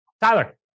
Tyler